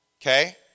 okay